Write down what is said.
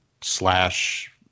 slash